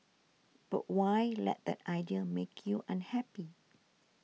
but why let that idea make you unhappy